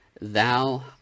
Thou